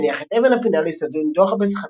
והניח את אבן הפינה לאצטדיון דוחה בסכנין,